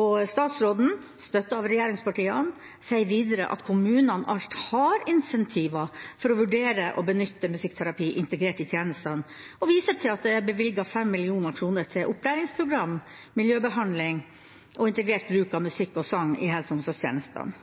og statsråden – støttet av regjeringspartiene – sier videre at kommunene alt har incentiver til å vurdere å benytte musikkterapi integrert i tjenestene, og viser til at det er bevilget 5 mill. kr til opplæringsprogram, miljøbehandling og integrert bruk av musikk og sang i helse- og omsorgstjenestene.